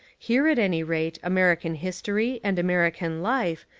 here at any rate american history, and american life,